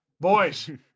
Boys